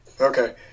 Okay